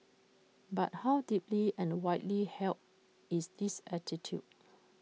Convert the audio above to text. but how deeply and widely held is this attitude